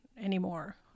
anymore